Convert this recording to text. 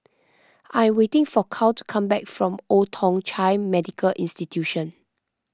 I am waiting for Carl to come back from Old Thong Chai Medical Institution